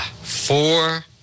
four